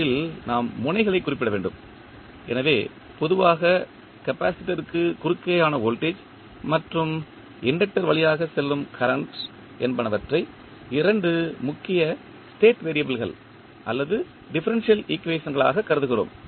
முதலில் நாம் முனைகளைக் குறிப்பிட வேண்டும் எனவே பொதுவாக கப்பாசிட்டர் க்கு குறுக்கேயான வோல்டேஜ் மற்றும் இண்டக்டர் வழியாக செல்லும் கரண்ட் என்பனவற்றை இரண்டு முக்கியமான ஸ்டேட் வெறியபிள்கள் அல்லது டிஃபரன்ஷியல் ஈக்குவேஷன்களாகக் கருதுகிறோம்